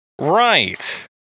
Right